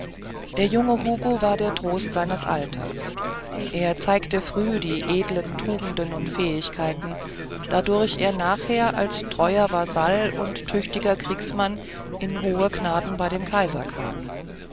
der junge hugo war der trost seines alters er zeigte früh die edlen tugenden und fähigkeiten dadurch er nachher als treuer vasall und tüchtiger kriegsmann in hohe gnaden bei dem kaiser kam